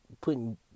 putting